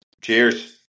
Cheers